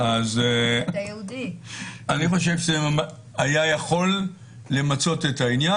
אני חושב שזה היה יכול למצות את העניין.